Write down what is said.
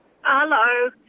Hello